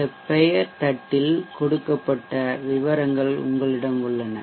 இந்த பெயர் தட்டில் கொடுக்கப்பட்ட விவரங்கள் உங்களிடம் உள்ளன